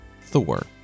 Thor